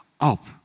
up